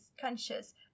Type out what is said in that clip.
conscious